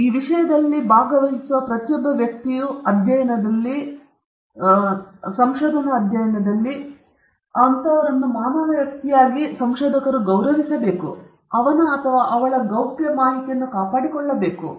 ಈ ವಿಷಯದಲ್ಲಿ ಭಾಗವಹಿಸುವ ಪ್ರತಿಯೊಬ್ಬ ವ್ಯಕ್ತಿಯು ಅಧ್ಯಯನದಲ್ಲಿ ವಿಷಯವಾಗಿ ಸಂಶೋಧನಾ ಅಧ್ಯಯನದಲ್ಲಿ ಮಾನವ ವ್ಯಕ್ತಿಯಾಗಿ ಗೌರವಿಸಬೇಕು ಅವನ ಅಥವಾ ಅವಳ ಗೌಪ್ಯತೆಯನ್ನು ಕಾಪಾಡಿಕೊಳ್ಳಬೇಕು